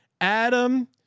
Adam